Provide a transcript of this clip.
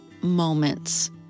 moments